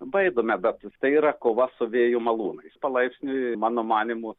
baidome bet tai yra kova su vėjo malūnais palaipsniui mano manymu